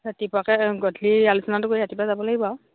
ৰাতিপুৱাকৈ গধূলি আলোচনাটো কৰি ৰাতিপুৱা যাব লাগিব আৰু